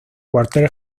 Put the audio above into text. cuartel